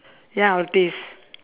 ya I'll taste